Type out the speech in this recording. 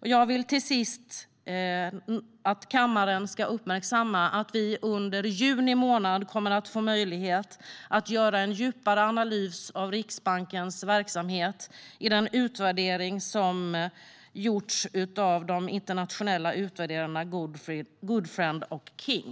Jag vill till sist uppmärksamma kammaren på att vi under juni månad kommer att få möjlighet att göra en djupare analys av Riksbankens verksamhet utifrån den utvärdering som gjorts av de internationella utvärderarna Goodfriend och King.